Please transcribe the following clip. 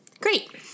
great